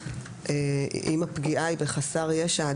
אם הפגיעה היא בחסר ישע,